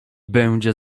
będzie